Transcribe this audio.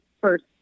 first